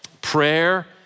Prayer